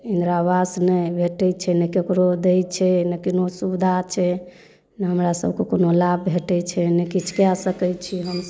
इन्दिरा आवास नहि भेटै छै ने ककरो दै छै ने कोनो सुविधा छै ने हमरा सभके कोनो लाभ भेटै छै ने किछु कए सकै छी हमसभ